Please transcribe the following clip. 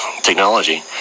technology